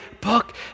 book